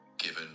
given